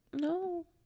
no